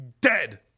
dead